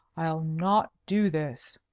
i'll not do this.